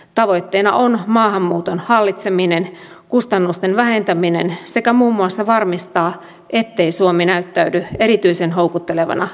tavoitteena on maahanmuuton hallitseminen kustannusten vähentäminen sekä muun muassa varmistaa ettei suomi näyttäydy erityisen houkuttelevana turvapaikanhakumaana